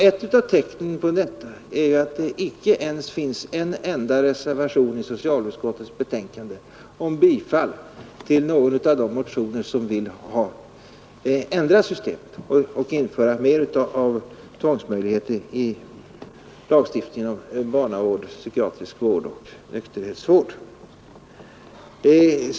Ett av tecknen på detta är att det vid socialutskottets betänkande inte finns en enda reservation om bifall till någon av de motioner som vill ändra systemet och införa mer av tvångsmöjligheter i lagstiftningen om barnavård, psykiatrisk vård och nykterhetsvård.